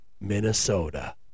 Minnesota